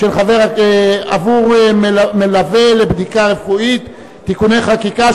מחלה עבור מלווה לבדיקה רפואית (תיקוני חקיקה),